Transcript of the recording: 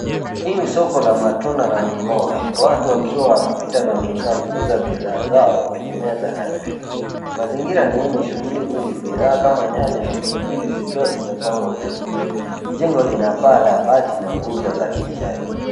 Hii ni soko la matunda na mimboga. Watu wakiwa wanapita na wengine wanauza bidhaa zao kwenye meza na kreti. Mazingira ni yenye shughuli nyingi bidhaa kama nyanya na pilipili zikiwa zimepangwa vizuri. Jengo lina paa la bati na nguzo za kijani.